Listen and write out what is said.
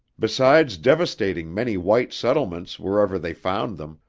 besides devastating many white settlements wherever they found them,